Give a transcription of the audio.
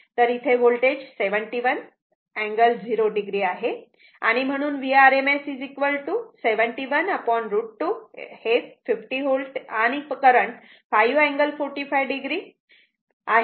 तर इथे voltage 71 angle 0 o आहे म्हणून Vrms 71 √ 2 50 V आणि करंट 5 अँगल 45 o आहे